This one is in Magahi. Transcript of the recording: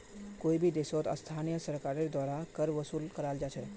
कोई भी देशत स्थानीय सरकारेर द्वारा कर वसूल कराल जा छेक